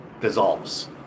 dissolves